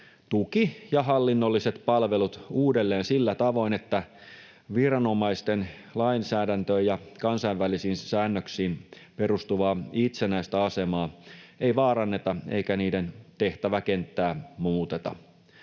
tuki- ja hallinnolliset palvelut uudelleen sillä tavoin, että viranomaisten lainsäädäntöön ja kansainvälisiin säännöksiin perustuvaa itsenäistä asemaa ei vaaranneta eikä niiden tehtäväkenttää muuteta.